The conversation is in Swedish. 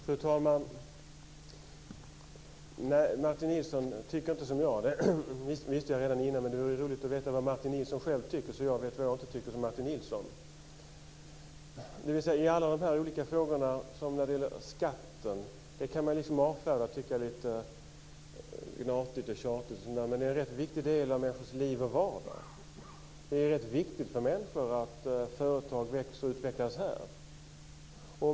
Fru talman! Martin Nilsson tycker inte som jag, det visste jag redan innan. Men det vore roligt att veta vad Martin Nilsson själv tycker så jag vet vad jag inte tycker som Martin Nilsson om. När det gäller skatten kan man avfärda och tycka att det är lite gnatigt och tjatigt, men det är en rätt viktig del av människors liv och vardag. Det är rätt viktigt för människor att företag växer och utvecklas här.